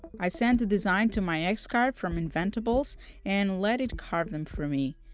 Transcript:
i sent the design to my x-carve from inventables and let it carve them for me.